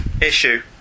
issue